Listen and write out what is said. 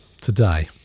today